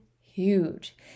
huge